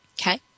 Okay